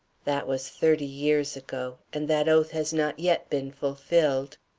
that was thirty years ago, and that oath has not yet been fulfilled.